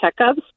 checkups